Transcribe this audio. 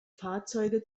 fahrzeuge